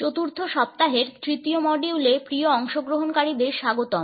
চতুর্থ সপ্তাহের তৃতীয় মডিউলে প্রিয় অংশগ্রহণকারীদের স্বাগতম